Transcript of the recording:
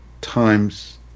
times